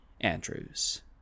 Andrews